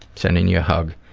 sending you a hug.